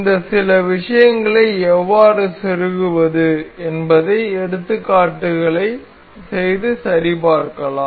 இந்த சில விஷயங்களை எவ்வாறு செருகுவது என்பதை எடுத்துக்காட்டுகளைச் செய்து சரிபார்க்கலாம்